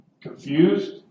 Confused